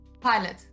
pilot